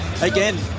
again